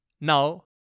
Now